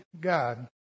God